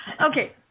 okay